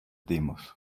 dimos